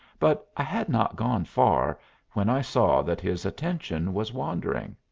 but i had not gone far when i saw that his attention was wandering.